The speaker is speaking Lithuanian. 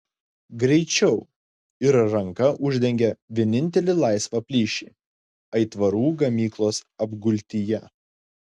greičiau ir ranka uždengė vienintelį laisvą plyšį aitvarų gamyklos apgultyje